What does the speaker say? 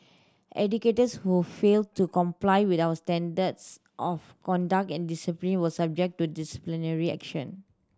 educators who fail to comply with our standards of conduct and discipline will subjected to disciplinary action